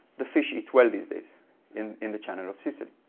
the fish eat well these days in in the channel of sicily.